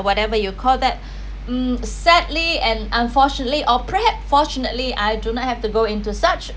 whatever you call that mm sadly and unfortunately or perhaps fortunately I do not have to go into such